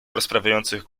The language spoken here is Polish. rozprawiających